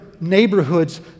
neighborhoods